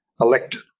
elected